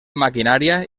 maquinària